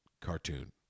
cartoon